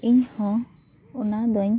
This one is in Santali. ᱤᱧ ᱦᱚᱸ ᱚᱱᱟ ᱫᱚᱧ